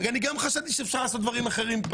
גם אני חשבתי שאפשר לעשות דברים אחרת.